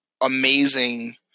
amazing